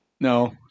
No